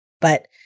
But-